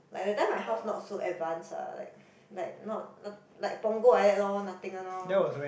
like that time my house not so advance ah like like not not like Punggol like that lor nothing one orh